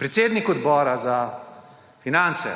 Predsednik Odbora za finance